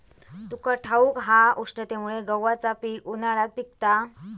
तुका ठाऊक हा, उष्णतेमुळे गव्हाचा पीक उन्हाळ्यात पिकता